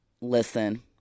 listen